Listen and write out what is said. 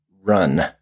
run